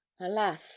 alas